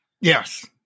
Yes